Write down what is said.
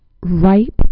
ripe